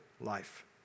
life